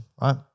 right